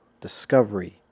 discovery